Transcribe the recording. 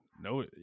No